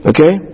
Okay